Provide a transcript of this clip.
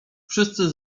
wszyscy